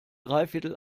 dreiviertel